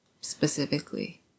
specifically